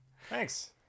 Thanks